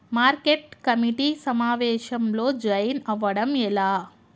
Market committee సమావేశంలో join అవ్వడం ఎలా?